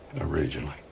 originally